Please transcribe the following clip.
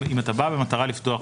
אם אתה בא במטרה לפתוח,